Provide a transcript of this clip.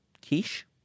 quiche